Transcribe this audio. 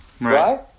right